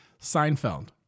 Seinfeld